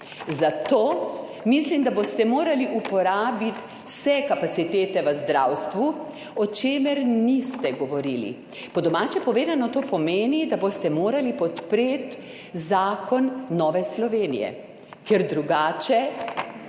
Zato mislim, da boste morali uporabiti vse kapacitete v zdravstvu, o čemer niste govorili. Po domače povedano, to pomeni, da boste morali podpreti zakon Nove Slovenije, ker drugače